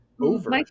over